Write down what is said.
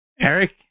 Eric